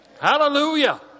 Hallelujah